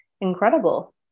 incredible